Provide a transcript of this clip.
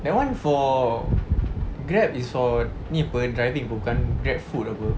that [one] for Grab is for ni [pe] driving [pe] bukan GrabFood apa